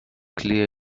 clear